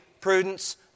prudence